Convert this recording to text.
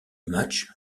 match